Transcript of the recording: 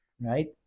Right